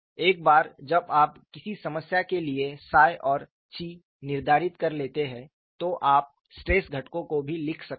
एक बार जब आप किसी समस्या के लिए 𝜳 और 𝛘 निर्धारित कर लेते हैं तो आप स्ट्रेस घटकों को भी लिख सकते हैं